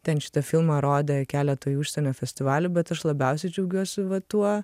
ten šitą filmą rodė keletui užsienio festivalių bet aš labiausiai džiaugiuosi va tuo